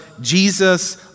Jesus